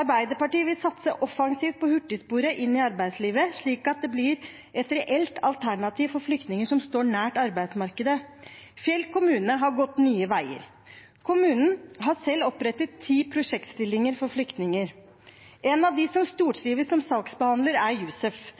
Arbeiderpartiet vil satse offensivt på hurtigsporet inn i arbeidslivet, slik at det blir et reelt alternativ for flyktninger som står nært arbeidsmarkedet. Fjell kommune har gått nye veier. Kommunen har selv opprettet ti prosjektstillinger for flyktninger. En av dem som stortrives som saksbehandler, er